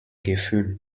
gefühl